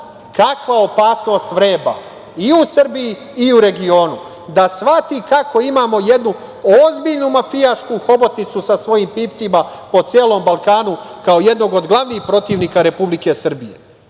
kakva opasnost vreba i u Srbiji, i u regionu, da shvati kako imamo jednu ozbiljnu mafijašku hobotnicu sa svojim pipcima po celom Balkanu kao jednog od glavnih protivnika Republike Srbije. Prema